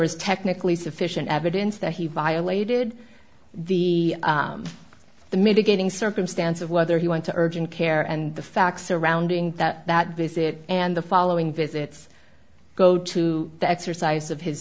is technically sufficient evidence that he violated the the mitigating circumstance of whether he went to urgent care and the facts surrounding that that visit and the following visits go to the exercise of his